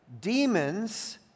demons